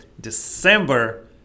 December